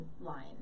line